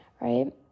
right